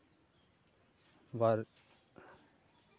ᱵᱟᱨ